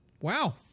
Wow